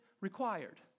required